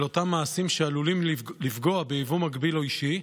אותם מעשים שעלולים לפגוע ביבוא מקביל או אישי,